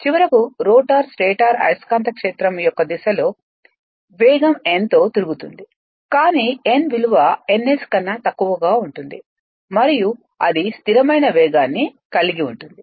చివరకు rotor stator అయస్కాంత క్షేత్రం యొక్క దిశలో వేగం n తో తిరుగుతుంది కానీ n విలువ ns కన్నా తక్కువగా ఉంటుంది మరియు అది స్థిరమైన వేగాన్ని కలిగివుంటుంది